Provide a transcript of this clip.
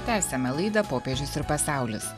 tęsiame laidą popiežius ir pasaulis